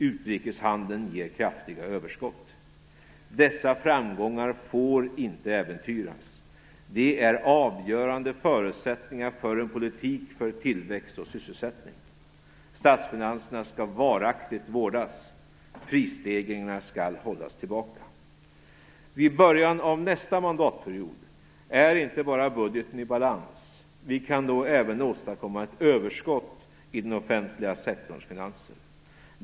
Utrikeshandeln ger kraftiga överskott. Dessa framgångar får inte äventyras. De är avgörande förutsättningar för en politik för tillväxt och sysselsättning. Statsfinanserna skall varaktigt vårdas. Prisstegringarna skall hållas tillbaka. Vid början av nästa mandatperiod är inte bara budgeten i balans. Vi kan då även åstadkomma ett överskott i den offentliga sektorns finanser.